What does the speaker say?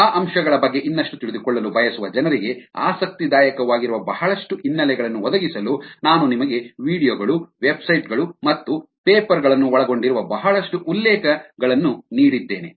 ಆ ಅಂಶಗಳ ಬಗ್ಗೆ ಇನ್ನಷ್ಟು ತಿಳಿದುಕೊಳ್ಳಲು ಬಯಸುವ ಜನರಿಗೆ ಆಸಕ್ತಿದಾಯಕವಾಗಿರುವ ಬಹಳಷ್ಟು ಹಿನ್ನೆಲೆಗಳನ್ನು ಒದಗಿಸಲು ನಾನು ನಿಮಗೆ ವೀಡಿಯೊ ಗಳು ವೆಬ್ಸೈಟ್ ಗಳು ಮತ್ತು ಪೇಪರ್ ಗಳನ್ನು ಒಳಗೊಂಡಿರುವ ಬಹಳಷ್ಟು ಉಲ್ಲೇಖಗಳನ್ನು ನೀಡಿದ್ದೇನೆ